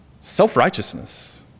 Self-righteousness